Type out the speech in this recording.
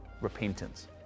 repentance